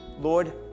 Lord